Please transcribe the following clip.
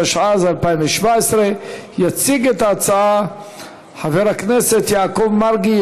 התשע"ז 2017. יציג את ההצעה חבר הכנסת יעקב מרגי,